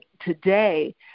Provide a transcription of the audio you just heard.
today